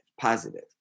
Positive